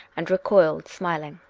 and recoiled, smiling.